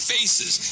Faces